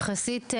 יחסית,